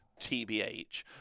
TBH